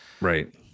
Right